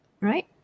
right